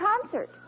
concert